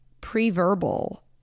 pre-verbal